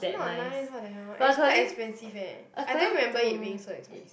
it's not nice what the hell and it's quite expensive eh I don't remember it being so expensive